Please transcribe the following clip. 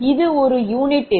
இது ஒரு யூனிட்டுக்கு 0